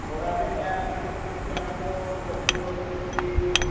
ଖରା ଦିନିଆ ବିଶେଷ କରିକି ଆମେ ତ ଗଛ ସେମତି